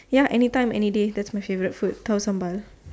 ya anytime any day that's my favourite food tahu sambal